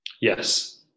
Yes